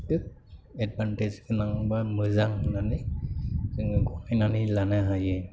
advantage नङाबा मोजां होननानै जोङो गनायनानै लानो हायो